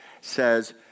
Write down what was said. says